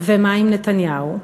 ומה עם נתניהו?